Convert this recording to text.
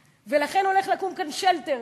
לכן, הולך לקום כאן שלטר.